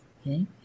Okay